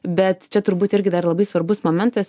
bet čia turbūt irgi dar labai svarbus momentas